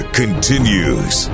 continues